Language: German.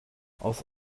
aus